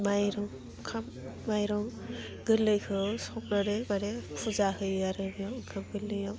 माइरं खाम माइरं गोरलैखौ संनानै माने फुजा होयो आरो बे ओंखाम गोरलैयाव